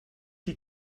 die